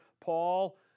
Paul